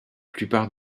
plupart